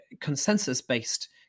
consensus-based